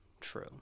true